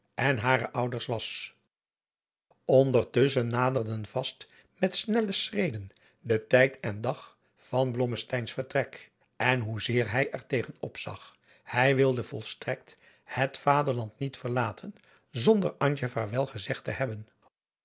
en hare ouders was ondertusschen naderden vast met snelle schreden de tijd en dag van blommesteyn's vertrek en hoezeer hij er tegen op zag hij wilde volstrekt het vaderland niet verlaten zonder antje vaarwel gezegd te hebben